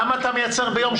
כמה אתה מייצר ביום?